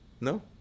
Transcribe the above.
No